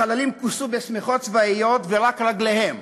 החללים כוסו בשמיכות צבאיות ורק רגליהם